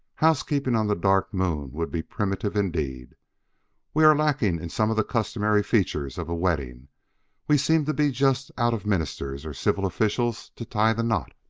housekeeping on the dark moon would be primitive indeed we are lacking in some of the customary features of a wedding we seem to be just out of ministers or civil officials to tie the knot.